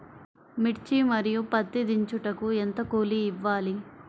మిర్చి మరియు పత్తి దించుటకు ఎంత కూలి ఇవ్వాలి?